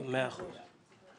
מאה אחוז.